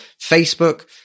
Facebook